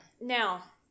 Now